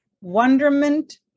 wonderment